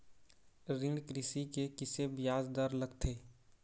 कृषि ऋण के किसे ब्याज दर लगथे?